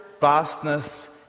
vastness